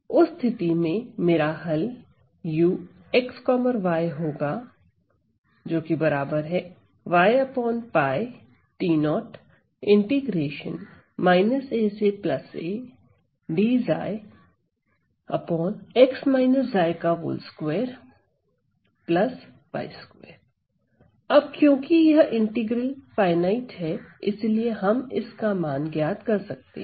उस स्थिति में मेरा हल uxy होगा अब क्योंकि यह इंटीग्रल फाइनाइट है इसीलिए हम इस का मान ज्ञात कर सकते हैं